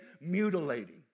mutilating